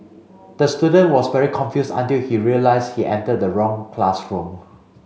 the student was very confused until he realised he entered the wrong classroom